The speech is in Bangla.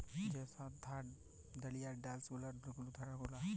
যে সব থার্ড ডালিয়ার ড্যাস গুলার এখুল ধার গুলা